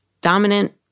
dominant